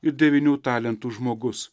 ir devynių talentų žmogus